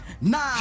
Nine